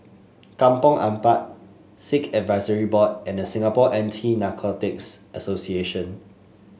Kampong Ampat Sikh Advisory Board and The Singapore Anti Narcotics Association